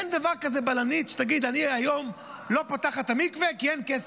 אין דבר כזה בלנית שתגיד: אני היום לא פותחת את המקווה כי אין כסף.